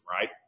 right